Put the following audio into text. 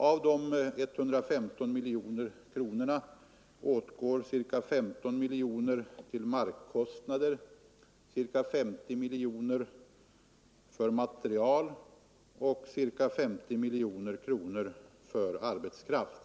Av de 115 miljonerna åtgår ca 15 miljoner till markkostnader, ca 50 miljoner till material och ca 50 miljoner till arbetskraft.